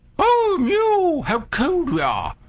ou, miou! how cold we are!